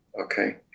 Okay